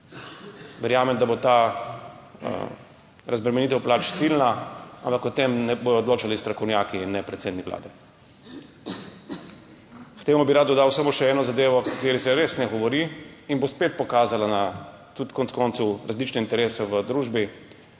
verjamem, da bo ta razbremenitev plač ciljna, ampak o tem ne bodo odločali strokovnjaki in ne predsednik Vlade. K temu bi rad dodal samo še eno zadevo, o kateri se res ne govori in bo spet pokazala konec koncev tudi na različne interese v družbi.